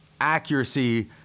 accuracy